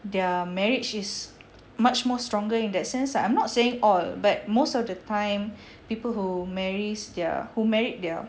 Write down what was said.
their marriage is much more stronger in that sense ah I'm not saying all but most of the time people who marries their who married their